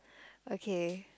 okay